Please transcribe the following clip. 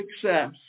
success